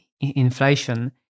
inflation